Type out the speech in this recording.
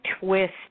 twist